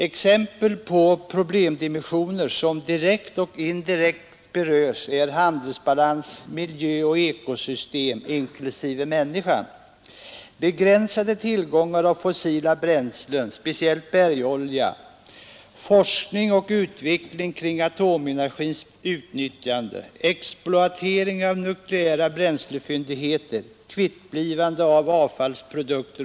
Exempel på problemdimensioner som direkt och indirekt berörs är handelsbalans, miljöoch ekosystem inklusive människan, begränsade tillgångar av fossila bränslen — speciellt bergolja — forskning och utveckling kring atomenergins utnyttjande, exploatering av nukleära bränslefyndigheter och kvittblivande av avfallsprodukter.